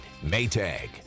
Maytag